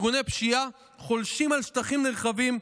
ארגוני פשיעה חולשים על שטחים נרחבים,